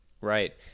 Right